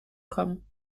kommen